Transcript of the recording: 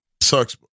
sucks